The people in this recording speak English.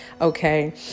okay